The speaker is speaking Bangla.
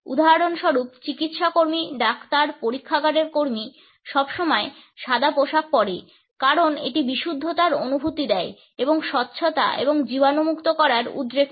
উদাহরণস্বরূপ চিকিৎসা কর্মী ডাক্তার পরীক্ষাগারের কর্মী সবসময় সাদা পোশাক পরে কারণ এটি বিশুদ্ধতার অনুভূতি দেয় এবং স্বচ্ছতা এবং জীবাণুমুক্ত করার উদ্রেক করে